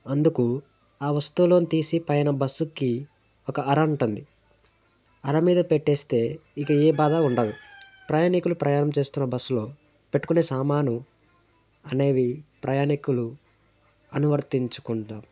అందుకు ఆ వస్తువులను తీసి పైన బస్సుకి ఒక అర ఉంటుంది అర మీద పెట్టేస్తే ఇక ఏ బాధ ఉండదు ప్రయాణికులు ప్రయాణం చేస్తున్న బస్సులో పెట్టుకునే సామాను అనేవి ప్రయాణికులు అనువర్తించుకుంటారు